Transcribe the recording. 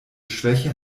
schwäche